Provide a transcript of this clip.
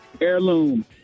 Heirloom